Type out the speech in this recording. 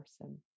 person